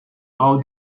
all